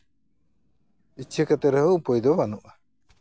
ᱤᱪᱪᱷᱟᱹ ᱠᱟᱛᱮ ᱨᱮᱦᱚᱸ ᱩᱯᱟᱹᱭ ᱫᱚ ᱵᱟᱹᱱᱩᱜᱼᱟ